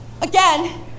again